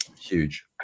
huge